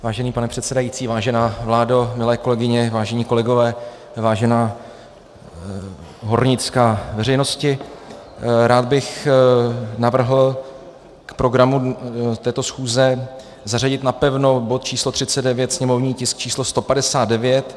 Vážený pane předsedající, vážená vládo, milé kolegyně, vážení kolegové, vážená hornická veřejnosti, rád bych navrhl k programu této schůze zařadit napevno bod číslo 39, sněmovní tisk číslo 159.